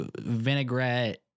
vinaigrette